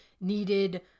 needed